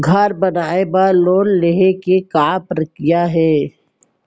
घर बनाये बर लोन लेहे के का प्रक्रिया हे?